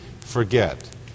forget